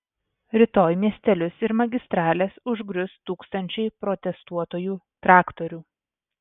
rytoj miestelius ir magistrales užgrius tūkstančiai protestuotojų traktorių